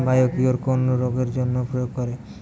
Biocure কোন রোগেরজন্য প্রয়োগ করে?